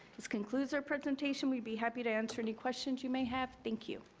this concludes our presentation. we'd be happy to answer any questions you may have. thank you.